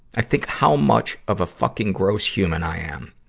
i think how much of a fucking gross human i am.